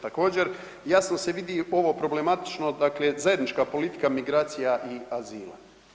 Također, jasno se vidi ovo problematično, dakle zajednička politika migracija i azila.